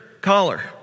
collar